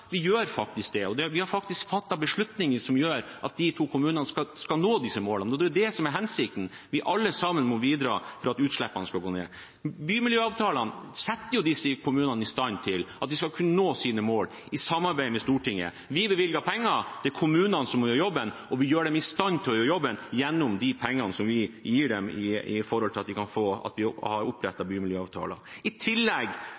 vi gjør faktisk det, og vi har faktisk fattet beslutninger som gjør at de to kommunene skal nå disse målene. Det er jo hensikten. Vi må alle sammen bidra for at utslippene skal gå ned. Bymiljøavtalene setter disse kommunene i stand til å kunne nå sine mål, i samarbeid med Stortinget. Vi bevilger penger, det er kommunene som må gjøre jobben, og vi setter dem i stand til å gjøre jobben gjennom de pengene som vi gir dem, ved at vi har opprettet bymiljøavtaler. I tillegg har vi bevilget penger til kommunene, slik at de skal få